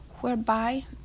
whereby